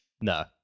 No